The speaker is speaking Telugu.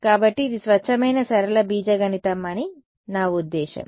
కాబట్టి ఇది స్వచ్ఛమైన సరళ బీజగణితం అని నా ఉద్దేశ్యం